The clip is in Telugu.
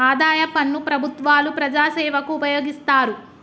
ఆదాయ పన్ను ప్రభుత్వాలు ప్రజాసేవకు ఉపయోగిస్తారు